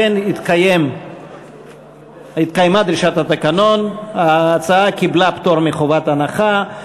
אכן התקיימה דרישת התקנון: ההצעה קיבלה פטור מחובת הנחה,